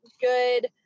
good